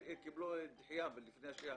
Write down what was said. גם אלה שקיבלו דחיה לפני התקנות.